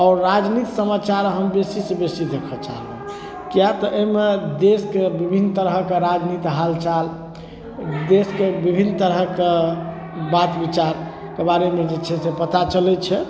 आओर राजनीति समाचार हम बेसीसँ बेसी देखऽ चाहलहुँ किएक तऽ एहिमे देश कऽ विभिन्न तरह कऽ राजनीतिक हालचाल देशके विभिन्न तरह कऽ बात विचारके बारेमे जे छै से पता चलैत छै